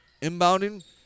inbounding